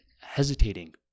hesitating